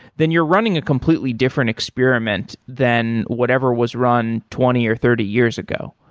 then you're running a completely different experiment than whatever was run twenty or thirty years ago.